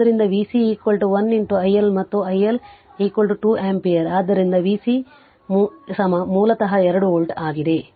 ಆದ್ದರಿಂದ v C 1 i L ಮತ್ತು i L 2 ampere ಆದ್ದರಿಂದ v C ಮೂಲತಃ 2 ವೋಲ್ಟ್ ಆಗಿದೆ